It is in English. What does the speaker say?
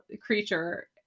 creature